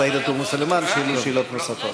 עאידה תומא סלימאן שואלים שאלות נוספות.